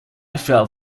felt